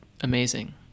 amazing